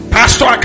pastor